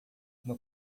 uma